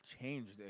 changed